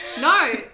No